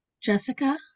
Jessica